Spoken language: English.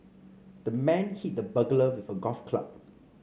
the man hit the burglar with a golf club